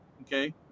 Okay